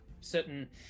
certain